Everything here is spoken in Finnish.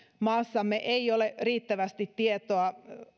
maassamme ei ole riittävästi tietoa